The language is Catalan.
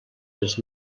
les